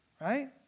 right